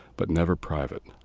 but never private.